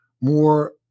more